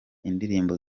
indirimbo